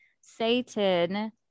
Satan